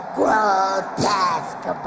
grotesque